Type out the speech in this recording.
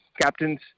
captains